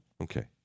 Okay